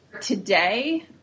today